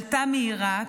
עלתה מעיראק,